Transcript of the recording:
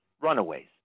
runaways